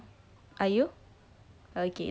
are you okay